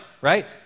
right